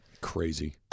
Crazy